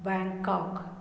Bangkok